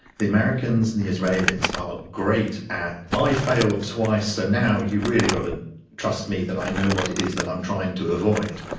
the americans and the israelis are great at, i failed twice so now you've really got to trust me that i know what it is that i'm trying to avoid.